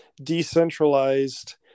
decentralized